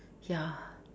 ya